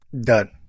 Done